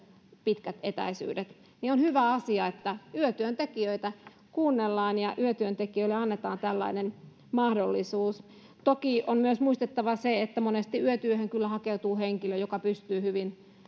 pitkät etäisyydet niin on hyvä asia että yötyöntekijöitä kuunnellaan ja yötyöntekijöille annetaan tällainen mahdollisuus toki on myös muistettava se että monesti yötyöhön kyllä hakeutuu henkilö joka pystyy hyvin